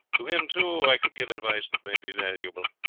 to him too i could give advice that may be valuable,